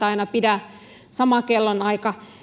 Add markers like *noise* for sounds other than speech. *unintelligible* aina pidä sama kellonaika